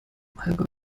allgäu